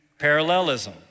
parallelism